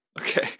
Okay